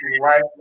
right